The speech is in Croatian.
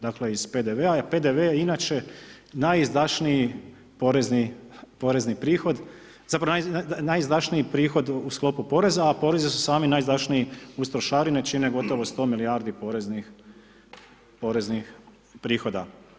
Dakle iz PDV-a, a PDV je najizdašniji porezni prihod, zapravo najizdašniji prihod u sklopu poreza, a porezni su sami najizdašniji uz trošarine, čine gotovo 100 milijardi poreznih prihoda.